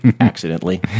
accidentally